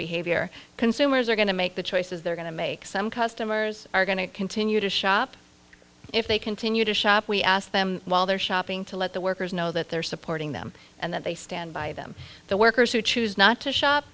behavior consumers are going to make the choices they're going to make some customers are going to continue to shop if they continue to shop we asked them while they're shopping to let the workers know that they're supporting them and that they stand by them the workers who choose not to shop